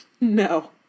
no